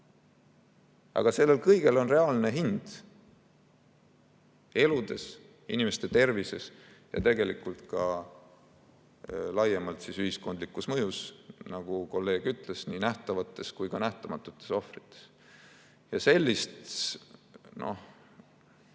Aga sellel kõigel on reaalne hind eludes, inimeste tervises ja tegelikult ka laiemalt ühiskondlikus mõjus, nagu kolleeg ütles, nii nähtavates kui ka nähtamatutes ohvrites. Sellist